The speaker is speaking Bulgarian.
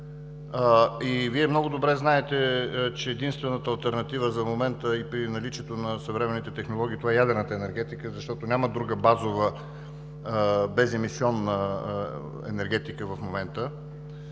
Вие много добре знаете, че единствената алтернатива за момента, при наличието на съвременните технологии, е ядрената енергетика, защото няма друга базова беземисионна енергетика в момента.